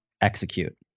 execute